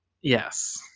Yes